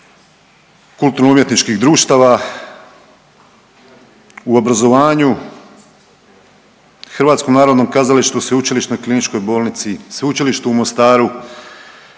kulturno umjetničkih društava, u obrazovanju, HNK-u, Sveučilišnoj kliničkoj bolnici, Sveučilištu u Mostaru,